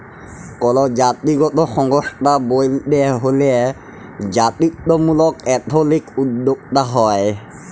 call জাতিগত সংস্থা ব্যইলতে হ্যলে জাতিত্ত্বমূলক এথলিক উদ্যোক্তা হ্যয়